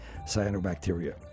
cyanobacteria